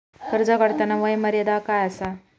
कर्ज काढताना वय मर्यादा काय आसा?